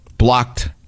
blocked